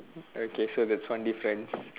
okay so that's one difference